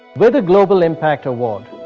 with a global impact award,